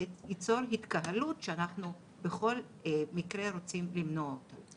זה ייצור התקהלות שאנחנו בכל מקרה רוצים למנוע אותה.